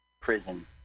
prison